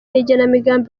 n’igenamigambi